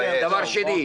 בסדר, בסדר.